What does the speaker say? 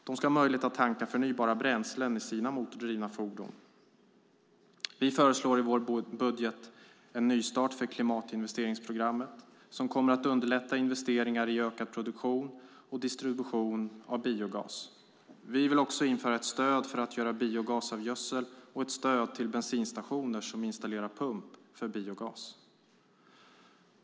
De ska ha möjlighet att tanka förnybara bränslen i sina motordrivna fordon. Vi föreslår i vår budget en nystart för klimatinvesteringsprogrammet som kommer att underlätta investeringar i ökad produktion och distribution av biogas. Vi vill också införa ett stöd för att göra biogas av gödsel och ett stöd till bensinstationer som installerar pump för biogas.